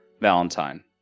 Valentine